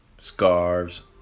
scarves